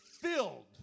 Filled